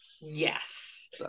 yes